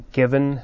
given